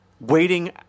waiting